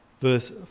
verse